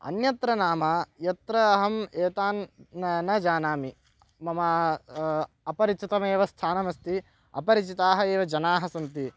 अन्यत्र नाम यत्र अहम् एतान् न न जानामि मम अपरिचितमेव स्थानमस्ति अपरिचिताः एव जनाः सन्ति